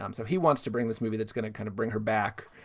um so he wants to bring this movie that's going to kind of bring her back.